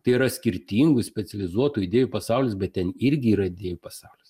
tai yra skirtingų specializuotų idėjų pasaulis bet ten irgi yra idėjų pasaulis